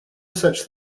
such